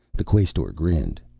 the quaestor grinned.